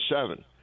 seven